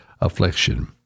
affliction